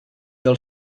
del